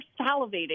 salivating